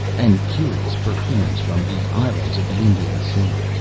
and curious perfumes from the islands of the indian sea,